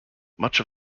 much